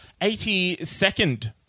82nd